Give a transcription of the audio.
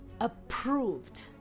approved